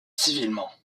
civilement